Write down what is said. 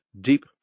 deep